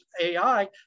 AI